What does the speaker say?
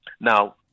Now